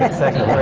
but second